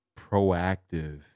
proactive